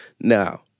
Now